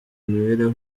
imibereho